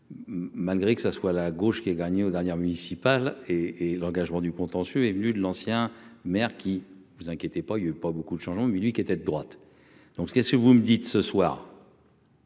malgré que ça soit la gauche qui est gagné aux dernières municipales et et l'engagement du contentieux est venue de l'ancien maire qui vous inquiétez pas, il avait pas beaucoup de changements, mais lui, qui était de droite, donc ce qu'est ce que vous me dites ce soir.